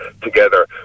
together